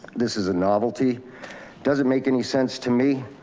this is a novelty doesn't make any sense to me.